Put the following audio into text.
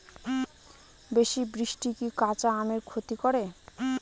বেশি বৃষ্টি কি কাঁচা আমের ক্ষতি করে?